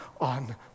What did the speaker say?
on